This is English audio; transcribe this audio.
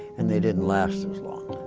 and they didn't last as long.